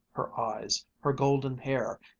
her eyes, her golden hair,